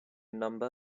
number